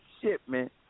shipment